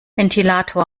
ventilator